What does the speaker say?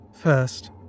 First